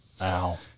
Wow